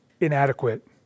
inadequate